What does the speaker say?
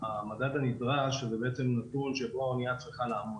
המדד הנדרש הוא נתון שבו האונייה צריכה לעמוד.